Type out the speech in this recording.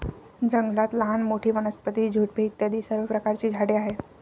जंगलात लहान मोठी, वनस्पती, झुडपे इत्यादी सर्व प्रकारची झाडे आहेत